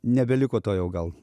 nebeliko to jau gal